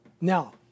Now